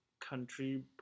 country